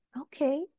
okay